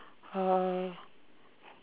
uh